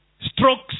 strokes